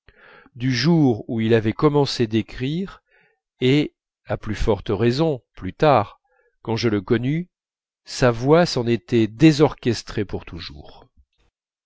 du jour où il avait commencé d'écrire et à plus forte raison plus tard quand je le connus sa voix s'en était désorchestrée pour toujours